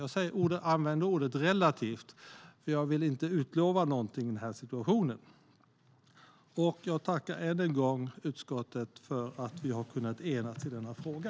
Jag använder ordet "relativt", för jag vill inte utlova någonting i den här situationen. Jag tackar än en gång utskottet för att vi har kunnat enas i denna fråga.